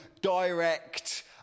direct